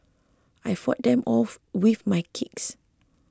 I fought them off with my kicks